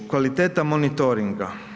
Kvaliteta monitoringa?